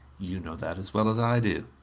you know that as well as i do.